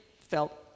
felt